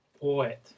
poet